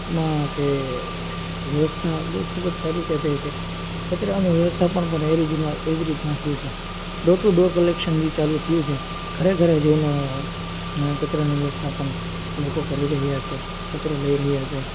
માં કે વ્યવસ્થા બહુ ખૂબ જ સારી રીતે થઈ છે કચરાની વ્યવસ્થા પણ પણ એજ રીતના એવી રીતના થઈ છે ડોર ટુ ડોર કલેક્શન બી ચાલુ થયું છે ઘરે ઘરે જઈને ને કચરાની વ્યવસ્થા પણ લોકો કરી રહ્યાં છે કચરો લઈ રહ્યાં છે